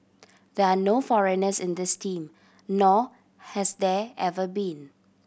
there are no foreigners in this team nor has there ever been